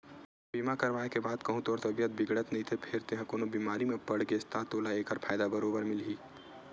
बीमा करवाय के बाद कहूँ तोर तबीयत बिगड़त नइते फेर तेंहा कोनो बेमारी म पड़ गेस ता तोला ऐकर फायदा बरोबर मिलही